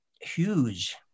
huge